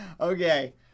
Okay